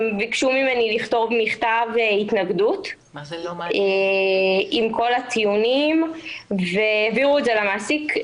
הם ביקשו ממני לכתוב מכתב התנגדות עם כל הטיעונים והעבירו את זה למעסיק.